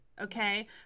okay